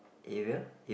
area if